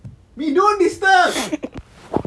eh don't disturb